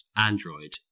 Android